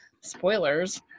Spoilers